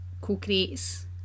co-creates